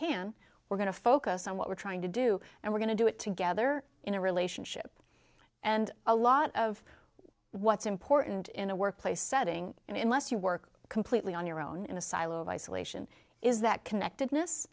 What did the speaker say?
can we're going to focus on what we're trying to do and we're going to do it together in a relationship and a lot of what's important in a workplace setting and in less you work completely on your own in a silo of isolation is that